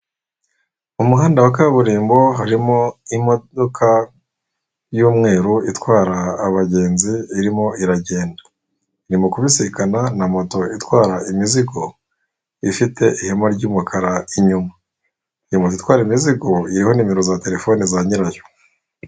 Mu muhanda wa kaburimbo harimo imodoka y'umweru itwara abagenzi irimo iragenda, iri mu kubisikana na moto itwara imizigo, ifite ihema ry'umukara inyuma, iyo moto itwara imizigo iriho nimero za telefone za nyirayo.